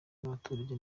n’abaturage